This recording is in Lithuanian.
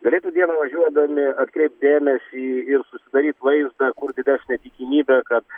galėtų dieną važiuodami atkreipt dėmesį ir susidaryti vaizdą kur didesnė tikimybė kad